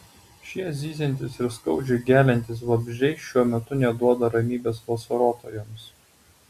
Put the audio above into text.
šie zyziantys ir skaudžiai geliantys vabzdžiai šiuo metu neduoda ramybės vasarotojams